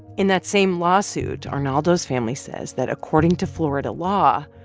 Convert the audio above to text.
in that same lawsuit, arnaldo's family says that according to florida law,